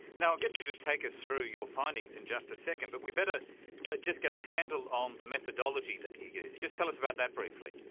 now i'll get you to take us through your findings in just a second. but we'd better just get a handle on the methodology that you used. just tell us about that briefly.